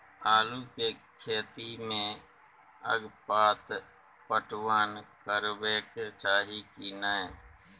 आलू के खेती में अगपाट पटवन करबैक चाही की नय?